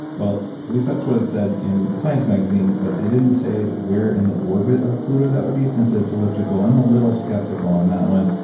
well, at least that's what it said in the science magazine but they didn't say where in the orbit of pluto that would be since it's elliptical. i'm a little skeptical on that one.